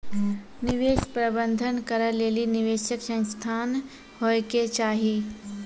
निवेश प्रबंधन करै लेली निवेशक संस्थान होय के चाहि